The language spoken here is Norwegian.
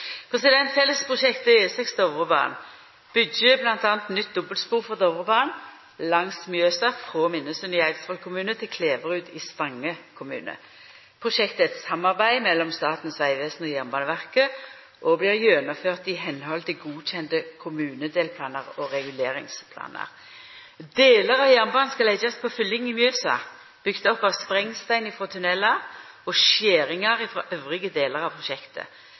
byggjer bl.a. nytt dobbeltspor for Dovrebanen langs Mjøsa frå Minnesund i Eidsvoll kommune til Kleverud i Stange kommune. Prosjektet er eit samarbeid mellom Statens vegvesen og Jernbaneverket og blir gjennomført etter godkjende kommunedelplanar og reguleringsplanar. Delar av jernbanen skal leggjast på fylling i Mjøsa – bygd opp av sprengstein frå tunnelar og skjeringar frå andre delar av prosjektet.